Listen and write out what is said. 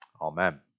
Amen